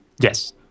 Yes